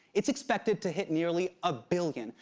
it's expected to hit nearly a billion.